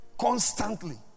constantly